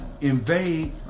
invade